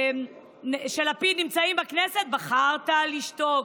עמיר נמצאים בכנסת, בחרת לשתוק.